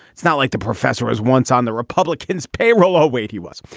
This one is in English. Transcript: it's not like the professor was once on the republicans payroll. oh, wait, he was.